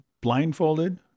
blindfolded